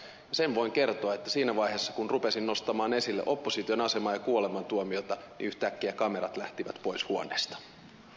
ja sen voin kertoa että siinä vaiheessa kun rupesin nostamaan esille opposition asemaa ja kuolemantuomiota yhtäkkiä kamerat lähtivät pois huoneesta valitettavasti